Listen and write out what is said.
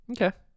okay